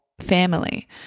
family